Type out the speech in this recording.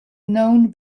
known